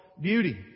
beauty